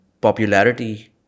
popularity